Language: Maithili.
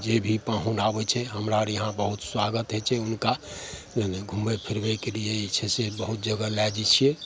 जे भी पाहुन आबै छै हमरा आओर यहाँ बहुत सुआगत होइ छै हुनका नहि नहि घुमबै फिरबैके लिए जे छै से बहुत जगह लै जाए छिए